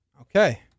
Okay